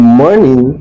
morning